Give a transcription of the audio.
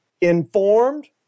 informed